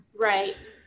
Right